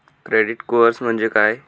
Credit score म्हणजे काय?